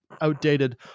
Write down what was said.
outdated